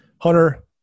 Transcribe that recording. Hunter